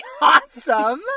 awesome